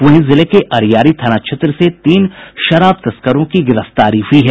वहीं जिले के अरियारी थाना क्षेत्र से तीन शराब तस्करों की गिरफ्तारी हुई है